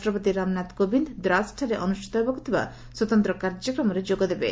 ରାଷ୍ଟପତି ରାମନାଥ କୋବିନ୍ଦ ଦ୍ରାସ୍ଠାରେ ଅନୁଷ୍ଠିତ ହେବାକୁ ଥିବା ସ୍ୱତନ୍ତ କାର୍ଯ୍ୟକ୍ରମରେ ଯୋଗଦେବେ